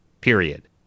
period